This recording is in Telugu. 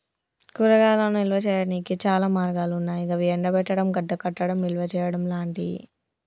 కూరగాయలను నిల్వ చేయనీకి చాలా మార్గాలన్నాయి గవి ఎండబెట్టడం, గడ్డకట్టడం, నిల్వచేయడం లాంటియి